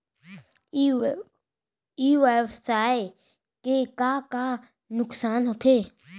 ई व्यवसाय के का का नुक़सान होथे?